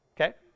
okay